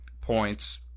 points